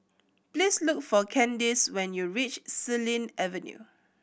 please look for Kaydence when you reach Xilin Avenue